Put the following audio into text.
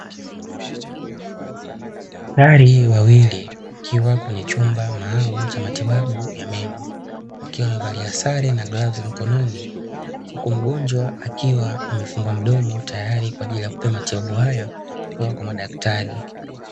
Madaktari wawili wakiwa kwenye chumba maalumu cha matibabu ya meno, wakiwa wamevalia sare na glavusi mkononi huku mgonjwa akiwa amefungwa mdomo, tayari kwa ajili ya kupewa matibabu hayo kutoka kwa madaktari.